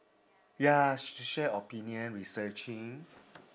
ya sh~ share opinion researching